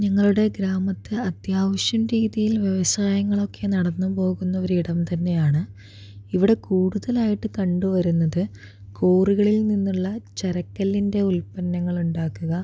ഞങ്ങളുടെ ഗ്രാമത്തിൽ അത്യാവശ്യം രീതിയിൽ വ്യവസായങ്ങളൊക്കെ നടന്ന് പോകുന്ന ഒരിടം തന്നെയാണ് ഇവിടെ കൂടുതലായിട്ട് കണ്ട് വരുന്നത് ക്വാറികളിൽ നിന്നുള്ള ചരക്കല്ലിൻ്റെ ഉൽപ്പന്നങ്ങൾ ഉണ്ടാക്കുക